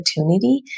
opportunity